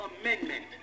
Amendment